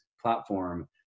platform